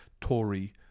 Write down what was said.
Tory